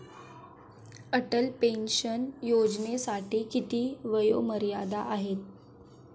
Atal pension योजनेसाठी किती वयोमर्यादा आहे?